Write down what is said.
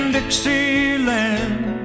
Dixieland